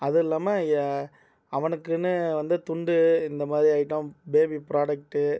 அதுவும் இல்லாமல் அவனுக்குன்னு வந்து துண்டு இந்த மாதிரி ஐட்டம் பேபி ப்ராடக்ட்